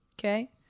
Okay